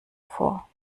vor